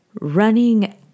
running